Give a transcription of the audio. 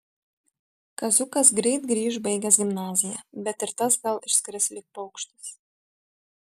kaziukas greit grįš baigęs gimnaziją bet ir tas gal išskris lyg paukštis